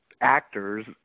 actors